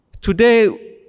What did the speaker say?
today